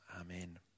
Amen